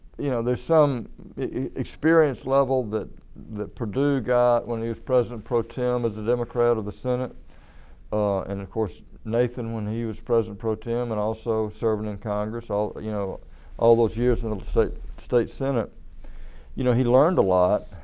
you know there is some experience level that perdue got when he was president pro-tem as the democrat of the senate and of course nathan when he was president pro-tem and also serving in congress. all you know all those years in the state state senate you know he learned a lot